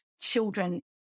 children